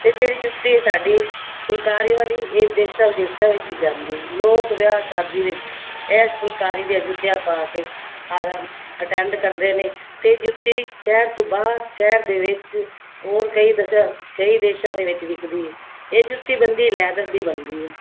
ਅਤੇ ਜਿਹੜੀ ਜੁੱਤੀ ਸਾਡੀ ਫੁਲਕਾਰੀ ਵਾਲੀ ਇਹ ਦੇਸ਼ਾਂ ਵਿਦੇਸ਼ਾਂ ਵਿੱਚ ਵੀ ਜਾਂਦੀ ਲੋਕ ਵਿਆਹ ਸ਼ਾਦੀ ਵਿੱਚ ਇਸ ਫੁਲਕਾਰੀ ਦੀਆਂ ਜੁੱਤੀਆਂ ਪਾ ਕੇ ਹਾਰਾ ਅਟੈਂਡ ਕਰਦੇ ਨੇ ਅਤੇ ਜੁੱਤੀ ਸ਼ਹਿਰ ਤੋਂ ਬਾਹਰ ਸ਼ਹਿਰ ਦੇ ਵਿੱਚ ਹੋਰ ਕਈ ਦਸ਼ਾ ਕਈ ਦੇਸ਼ਾਂ ਦੇ ਵਿੱਚ ਵਿਕਦੀ ਹੈ ਇਹ ਜੁੱਤੀ ਬਣਦੀ ਲੈਦਰ ਦੀ ਬਣਦੀ ਹੈ